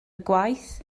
gwaith